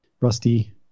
Rusty